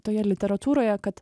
toje literatūroje kad